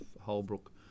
Holbrook